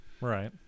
right